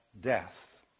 death